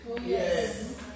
Yes